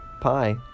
Pie